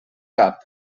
cap